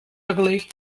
ugly